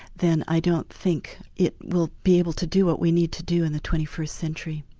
then i don't think it will be able to do what we need to do in the twenty first century.